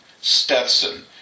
Stetson